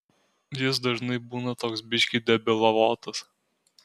jis dažnai būna toks biškį debilavotas